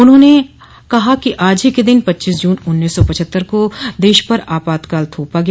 उन्होंने कहा कि आज ही के दिन पच्चीस जून उन्नीस सौ पचहत्तर को देश पर आपातकाल थोपा गया